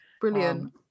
Brilliant